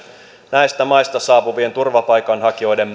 näistä maista saapuvien turvapaikanhakijoiden